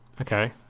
Okay